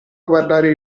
guardare